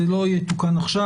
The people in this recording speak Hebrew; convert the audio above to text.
זה לא יתוקן עכשיו,